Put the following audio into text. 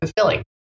fulfilling